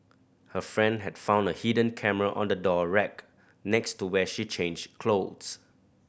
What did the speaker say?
her friend had found a hidden camera on the door rack next to where she changed clothes